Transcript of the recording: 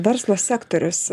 verslo sektorius